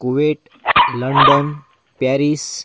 Kuwait London Paris